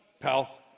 pal